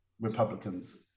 Republicans